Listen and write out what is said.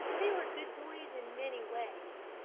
they were good boys in many ways.